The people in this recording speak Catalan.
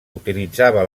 utilitzava